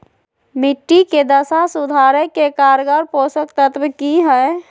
मिट्टी के दशा सुधारे के कारगर पोषक तत्व की है?